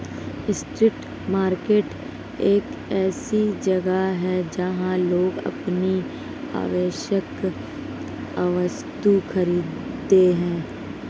street market एक ऐसी जगह है जहां लोग अपनी आवश्यक वस्तुएं खरीदते हैं